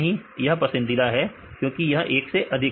विद्यार्थी पसंदीदा है यह पसंदीदा है क्योंकि यह 1 से अधिक है